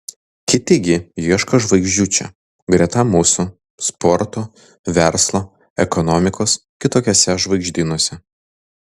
kiti gi ieško žvaigždžių čia greta mūsų sporto verslo ekonomikos kitokiuose žvaigždynuose